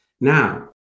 Now